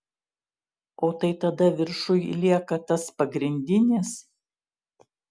o tai tada viršuj lieka tas pagrindinis